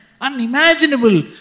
Unimaginable